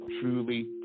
truly